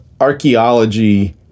archaeology